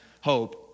hope